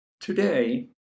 Today